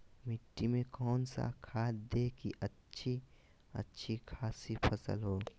मिट्टी में कौन सा खाद दे की अच्छी अच्छी खासी फसल हो?